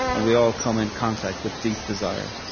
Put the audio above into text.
and we all come in contact with deep desire,